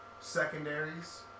secondaries